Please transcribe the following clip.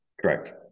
correct